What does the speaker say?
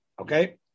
Okay